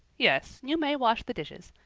yes, you may wash the dishes.